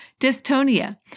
dystonia